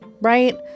right